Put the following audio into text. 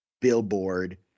billboard